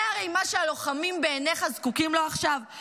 זה בעיניך מה שהלוחמים זקוקים לו עכשיו?